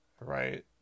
right